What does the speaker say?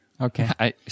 Okay